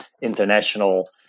international